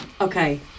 Okay